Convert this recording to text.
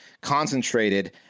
concentrated